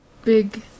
Big